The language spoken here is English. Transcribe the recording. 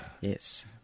Yes